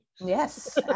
Yes